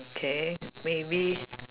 okay maybe